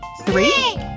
Three